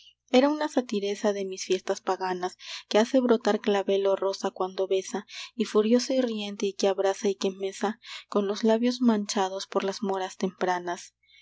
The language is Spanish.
era una satiresa de mis fiestas paganas que hace brotar clavel o rosa cuando besa y furiosa y riente y que abrasa y que mesa con los labios manchados por las moras tempranas